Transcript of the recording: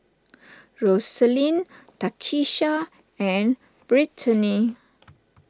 Roselyn Takisha and Brittany